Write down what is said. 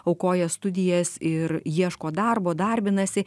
aukoja studijas ir ieško darbo darbinasi